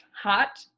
hot